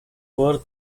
wore